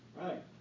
Right